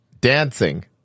Dancing